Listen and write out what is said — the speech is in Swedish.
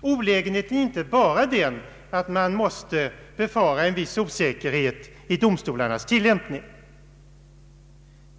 Olägenheten är inte bara den att man måste befara en viss osäkerhet vid domstolarnas tillämpning.